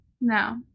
No